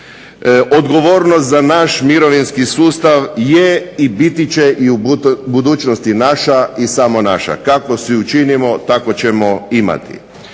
Odgovornost za naš mirovinski sustav je i biti će u budućnosti naša i samo naša, kako si ju učinimo tako ćemo ju imati.